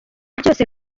byose